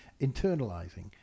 internalizing